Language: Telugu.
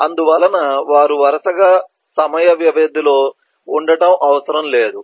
అందువలన వారు వరుసగా సమయ వ్యవధిలో ఉండటం అవసరం లేదు